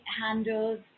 handles